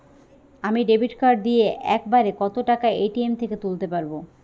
আমি debit card দিয়ে এক বারে কত টাকা এ.টি.এম থেকে তুলতে পারবো?